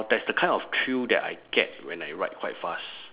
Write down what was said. there's the kind of thrill that I get when I ride quite fast